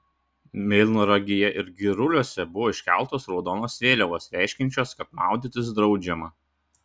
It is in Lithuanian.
melnragėje ir giruliuose buvo iškeltos raudonos vėliavos reiškiančios kad maudytis draudžiama